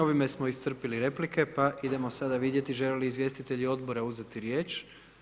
Ovime smo iscrpili replike pa idemo sada vidjeti žele li izvjestitelji odbora uzeti riječ?